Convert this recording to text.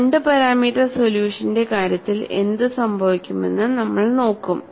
2 parameter സൊല്യൂഷത്തിന്റെ കാര്യത്തിൽ എന്ത് സംഭവിക്കുമെന്ന് നമ്മൾ നോക്കും